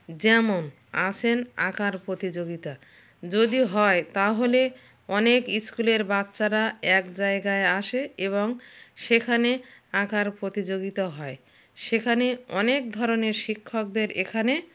যেমন আসেন আঁকার প্রতিযোগিতা যদি হয় তাহলে অনেক স্কুলের বাচ্চারা এক জায়গায় আসে এবং সেখানে আঁকার প্রতিযোগিতা হয় সেখানে অনেক ধরনের শিক্ষকদের এখানে